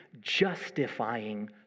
justifying